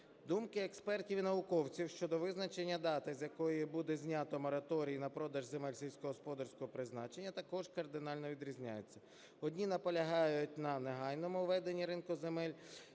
Думки експертів і науковців щодо визначення дати, з якої буде знято мораторій на продаж земель сільськогосподарського призначення, також кардинально відрізняється. Одні наполягають на негайному введенню ринку земель,